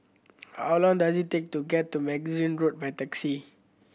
how long does it take to get to Magazine Road by taxi